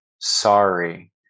sorry